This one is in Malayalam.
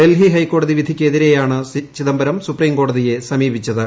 ഡൽഹി ഹൈക്കോടതി വിധിക്കെതിരെയാണ് ചിദംബരം സുപ്രീം കോടതിയെ സമീപിച്ചത്